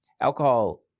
Alcohol